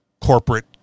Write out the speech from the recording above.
corporate